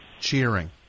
cheering